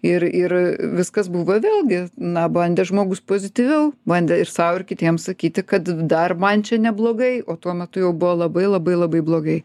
ir ir viskas buvo vėlgi na bandė žmogus pozityviau bandė ir sau ir kitiems sakyti kad dar man čia neblogai o tuo metu jau buvo labai labai labai blogai